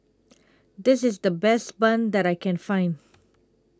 This IS The Best Bun that I Can Find